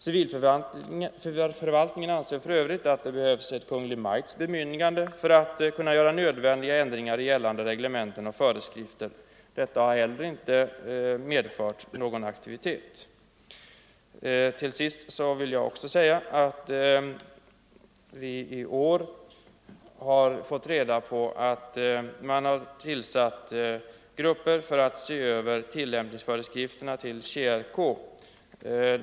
Civilförvaltningen anser för övrigt att det behövs ett Kungl. Maj:ts bemyndigande för att göra nödvändiga ändringar i gällande reglementen och föreskrifter. Detta har heller inte medfört någon åtgärd. I år har vi fått reda på att man tillsatt grupper för att se över tilllämpningsföreskrifterna till tjänstereglementet för krigsmakten.